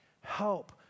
help